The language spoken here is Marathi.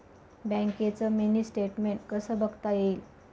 बँकेचं मिनी स्टेटमेन्ट कसं बघता येईल?